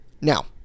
Now